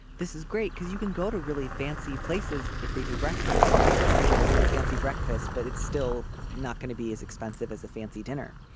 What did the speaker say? this is great because you can go to really fancy places if they do breakfast and get a really fancy breakfast, but it's still not going to be as expensive as a fancy dinner.